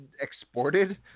exported